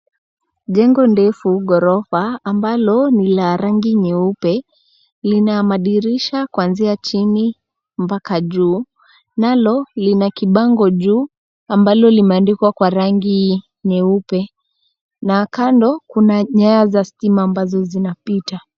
Jengo ndefu ghorofa, ambalo ni la rangi nyeupe, lina madirisha kuanzia chini mpaka juu. Nalo, lina kibango juu, ambalo limeandikwa kwa rangi nyeupe. Na kando, kuna nyaya za stima ambazo zinapita.